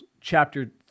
chapter